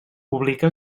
publica